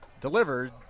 Delivered